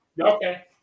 Okay